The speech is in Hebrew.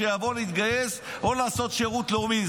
שיבוא להתגייס או לעשות שירות לאומי.